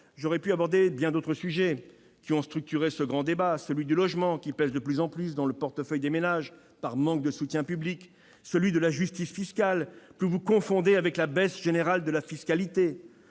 J'aurais pu aborder bien d'autres sujets qui ont structuré ce grand débat, celui du logement qui pèse de plus en plus dans le portefeuille des ménages par manque de soutien public, celui de la justice fiscale que vous confondez avec la baisse générale de la fiscalité.